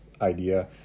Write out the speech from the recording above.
idea